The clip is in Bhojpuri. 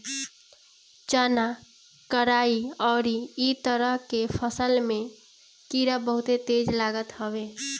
चना, कराई अउरी इ तरह के फसल में कीड़ा बहुते तेज लागत हवे